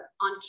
on